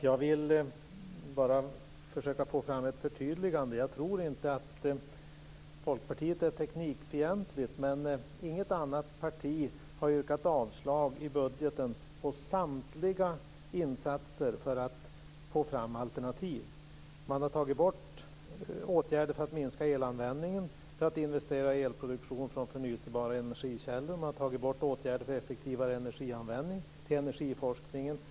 Fru talman! Jag vill bara ha ett förtydligande. Jag tror inte att Folkpartiet är teknikfientligt, men inget annat parti har i budgeten yrkat avslag på samtliga insatser för att få fram alternativ. Man har tagit bort åtgärder för att minska elanvändningen och för att investera i elproduktion från förnyelsebara energikällor. Man har tagit bort åtgärder för effektivare energianvändning. Det är energiforskningen.